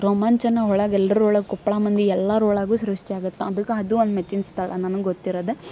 ರೋಮಾಂಚನ ಒಳಗೆ ಎಲ್ರ ಒಳಗೆ ಕೊಪ್ಪಳ ಮಂದಿ ಎಲ್ಲರ ಒಳಗೂ ಸೃಷ್ಟಿ ಆಗುತ್ತ ಅದಕ್ಕೆ ಅದು ಒಂದು ಮೆಚ್ಚಿನ ಸ್ಥಳ ನನಗೆ ಗೊತ್ತಿರೋದೆ